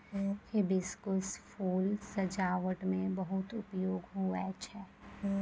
hibiscus फूल सजाबट मे बहुत उपयोगी हुवै छै